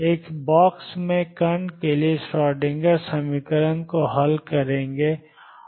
एक बॉक्स में कण के लिए श्रोडिंगर समीकरण को हल करें